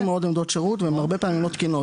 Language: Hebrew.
חסר מאוד עמדות שירות והן הרבה פעמים לא תקינות.